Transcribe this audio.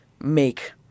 make